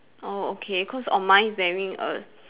oh okay cause on mine he's wearing a